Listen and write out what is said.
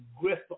griff